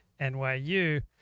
NYU